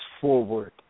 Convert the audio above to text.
forward